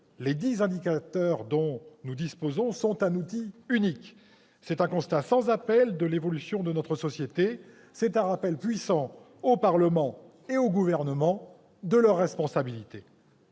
les dix indicateurs dont nous disposons sont « un outil unique. C'est un constat sans appel de l'évolution de notre société, c'est un rappel puissant au Parlement et au Gouvernement de leurs responsabilités.